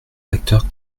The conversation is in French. acteurs